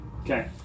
Okay